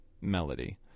melody